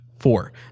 four